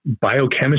biochemistry